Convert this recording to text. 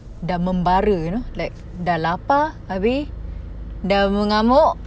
dah membara you know like dah lapar abeh dah mengamuk